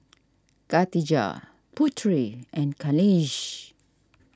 Katijah Putri and Khalish